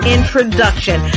Introduction